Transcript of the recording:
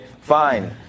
fine